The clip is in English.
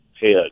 head